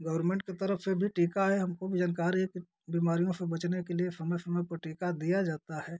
government के तरफ से भी टीका है हमको भी जानकारी कि बीमारियों से बचने के लिए समय समय पर टीका दिया जाता है